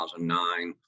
2009